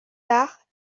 arts